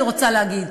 אני רוצה להגיד,